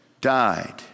died